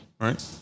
right